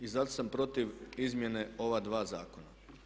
I zato sam protiv izmjene ova dva zakona.